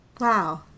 Wow